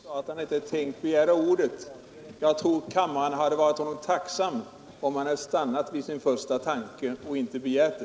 Herr talman! Herr Nilsson i Kalmar sade inledningsvis att han inte tänkt begära ordet i denna debatt. Jag tror kammaren varit honom tacksam om han stannat vid denna sin första tanke.